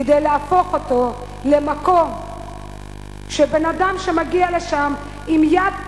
כדי להפוך אותו למקום שאדם שמגיע לשם עם יד מושטת,